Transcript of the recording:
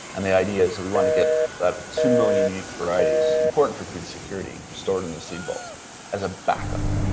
and the idea is that we want to get that two million unique varieties, important for food security, stored in the seed vaults as a backup.